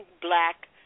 black